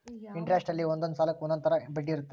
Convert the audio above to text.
interest ಅಲ್ಲಿ ಒಂದೊಂದ್ ಸಾಲಕ್ಕ ಒಂದೊಂದ್ ತರ ಬಡ್ಡಿ ಇರುತ್ತ